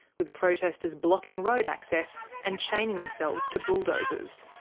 with protestors blocking road access and chaining themselves to bulldozers.